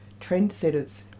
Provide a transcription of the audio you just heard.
trendsetters